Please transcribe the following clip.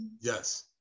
Yes